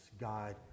God